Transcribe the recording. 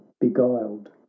beguiled